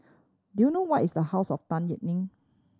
do you know where is The House of Tan Yeok Nee